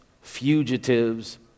fugitives